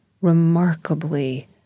remarkably